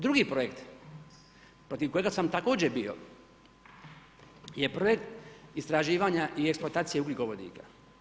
Drugi projekt protiv kojega sam također bio je projekt istraživanja i eksploatacije ugljikovodika.